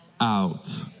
out